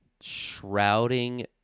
shrouding